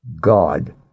God